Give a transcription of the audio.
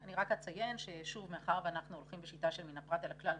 אני אציין שמאחר שאנחנו הולכים בשיטה של מן הפרט אל הכלל,